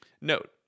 Note